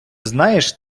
знаєш